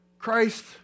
Christ